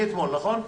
מאתמול, נכון?